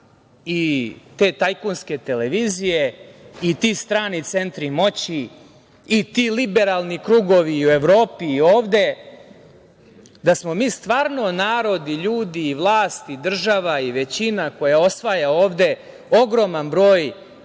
i te tajkunske televizije i ti strani centri moći i ti liberalni krugovi u Evropi i ovde, da smo mi stvarno narod i ljudi i vlast i država i većina koja osvaja ovde ogroman broj